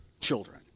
children